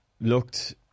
looked